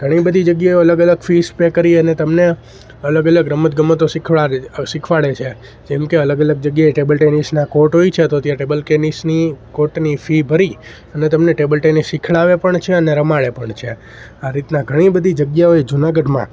ઘણી બધી જગ્યાઓ અલગ અલગ ફીઝ પે કરી અને તમને અલગ અલગ રમત ગમતો સિખવાળવામાં શિખવાડે છે જેમ કે અલગ અલગ જગ્યાએ ટેબલ ટેનિસના કોર્ટ હોય છે તો ત્યાં ટેબલ ટેનિસની કોટની ફી ભરી અને તમને ટેબલ ટેનિસ શિખડાવે પણ છે અને રમાડે પણ છે આ રીતના ઘણી બધી જગ્યાઓએ જુનાગઢમાં